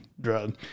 drug